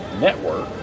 network